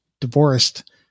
divorced